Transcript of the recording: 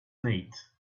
nate